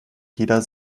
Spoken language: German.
jeder